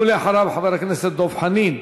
ואחריו, חבר הכנסת דב חנין.